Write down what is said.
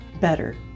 better